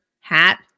hat